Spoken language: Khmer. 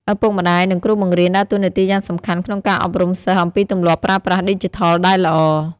ឪពុកម្តាយ និងគ្រូបង្រៀនដើរតួនាទីយ៉ាងសំខាន់ក្នុងការអប់រំសិស្សអំពីទម្លាប់ប្រើប្រាស់ឌីជីថលដែលល្អ។